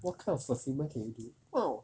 what kind of fulfillment can you do oh